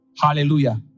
Hallelujah